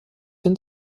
hin